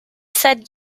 said